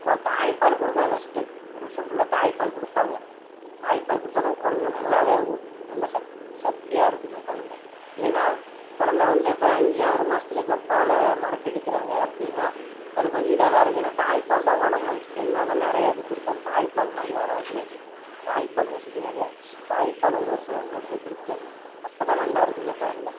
கோ தாய்ப்பால் கொடுக்கோணும் ஃபர்ஸ்ட்டு ஒரு வருஷோம் ஃபுல்லாக தாய்ப்பால் கொடுப்பாங்க தாய்ப்பால் கொடுத்தா தான் குழந்த நல்லாவே நல்லா சக்தியாக சக்தியாக இருக்கும் குழந்த இல்லையினால் குழந்த வந்து இப்போ அஞ்சு ஆறு மாசத்தில் இப்போ பால மறக்கடிக்கிறாங்க அப்படின்னா அது கொஞ்சம் இதாக தான் இருக்கும் ஏன்னா தாய்ப்பால் தான் உடம்ப என்ன தான் நிறையா இது கொடுத்தாலும் தாய்ப்பால் மாதிரி வராது எதுவும் தாய்ப்பால் ஃபர்ஸ்ட்டு நிறையா தாய்ப்பாலு ஒரு வருஷோம் ரெண்டு வருடம் கொடுக்கணும் அப்போ தான் நல்லா இருக்கும் குழந்த